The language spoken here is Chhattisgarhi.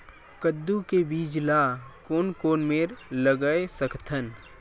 कददू के बीज ला कोन कोन मेर लगय सकथन?